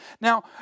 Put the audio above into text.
Now